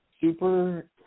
super